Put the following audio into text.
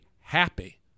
happy